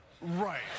right